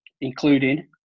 Including